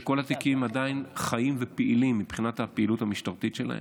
שכל התיקים עדיין חיים ופעילים מבחינת הפעילות המשטרתית שלהם.